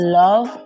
love